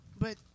but-